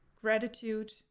gratitude